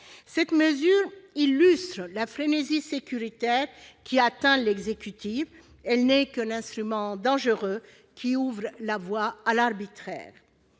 Cette mesure illustre la frénésie sécuritaire qui atteint l'exécutif ; elle n'est qu'un instrument dangereux, qui ouvre la voie à l'arbitraire.